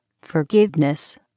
forgiveness